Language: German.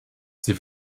sie